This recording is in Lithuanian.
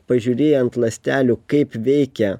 pažiūrėję ant ląstelių kaip veikia